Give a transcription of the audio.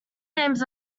names